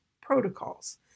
protocols